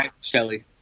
Shelly